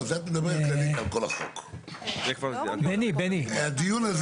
זאת אומרת, העירייה לא